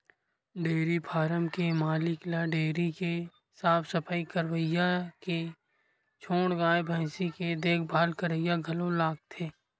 dairy farm के मालिक ल डेयरी के साफ सफई करइया के छोड़ गाय भइसी के देखभाल करइया घलो लागथे